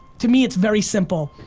to me, it's very simple.